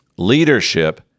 Leadership